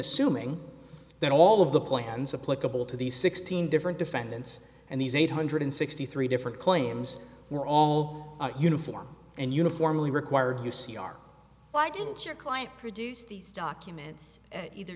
assuming that all of the plans of political to these sixteen different defendants and these eight hundred sixty three different claims were all uniform and uniformly required u c r why didn't your client produce these documents either